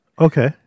Okay